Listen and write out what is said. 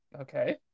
Okay